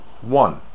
One